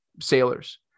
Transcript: sailors